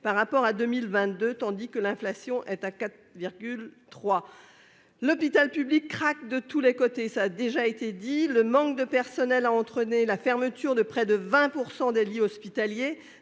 par rapport à 2022, tandis que l'inflation s'élève à 4,3 %. L'hôpital public craque de tous les côtés, cela a été dit. Le manque de personnel a entraîné la fermeture de près de 20 % des lits hospitaliers.